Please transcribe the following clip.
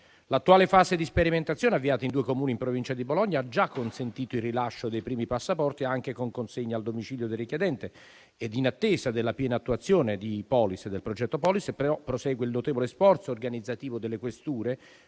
L'attuale fase di sperimentazione, avviata in due Comuni in provincia di Bologna, ha già consentito il rilascio dei primi passaporti, anche con consegna al domicilio del richiedente. In attesa della piena attuazione del progetto Polis, prosegue il notevole sforzo organizzativo delle questure,